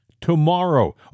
tomorrow